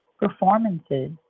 performances